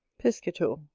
piscator.